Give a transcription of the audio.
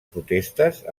protestes